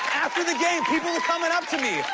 after the game, people were coming up to me.